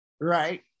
right